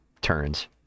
turns